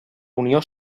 unió